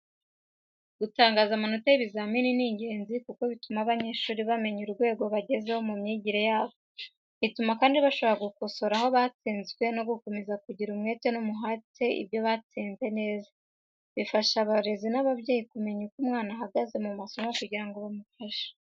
Gutangaza amanota y’ibizamini ni ingenzi kuko bituma abanyeshuri bamenya urwego bagezeho mu myigire yabo. Bituma kandi bashobora gukosora aho batsinzwe no gukomeza kugira umwete n’umuhate ibyo batsinze neza. Bifasha abarezi n’ababyeyi kumenya uko umwana ahagaze mu masomo kugira ngo bamufashe.